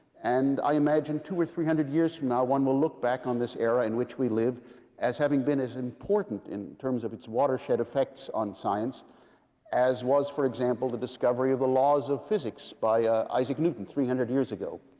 and i imagine two hundred or three hundred years from now, one will look back on this era in which we live as having been as important in terms of its watershed effects on science as was, for example, the discovery of the laws of physics by isaac newton three hundred years ago.